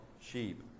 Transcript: sheep